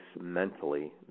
mentally